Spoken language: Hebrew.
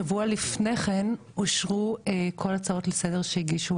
שבוע לפני כן אושרו כל ההצעות לסדר שהגישו